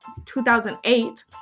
2008